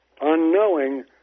unknowing